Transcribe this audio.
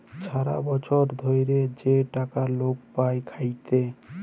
ছারা বচ্ছর ধ্যইরে যে টাকা লক পায় খ্যাইটে